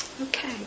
Okay